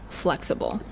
flexible